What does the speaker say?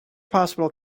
possible